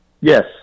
Yes